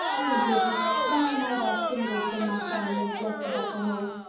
oh! lizzy, why am i thus singled from my family, and blessed above them all!